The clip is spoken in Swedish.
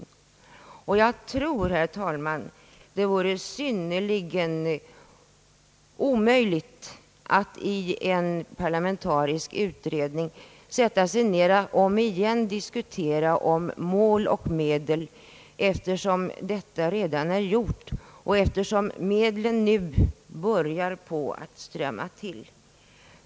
Samma sak gäller i fråga om eftervårdshotell för ungdom osv. Jag tror, herr talman, att det vore synnerligen olyckligt att sätta sig ned i en parlamentarisk utredning och om igen diskutera mål och medel, eftersom detta redan är gjort och medlen nu börjar att strömma till.